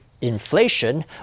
Inflation